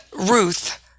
Ruth